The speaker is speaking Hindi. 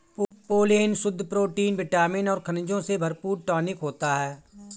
पोलेन शुद्ध प्रोटीन विटामिन और खनिजों से भरपूर टॉनिक होता है